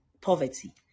poverty